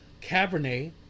Cabernet